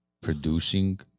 producing